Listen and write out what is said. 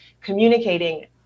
communicating